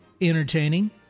Entertaining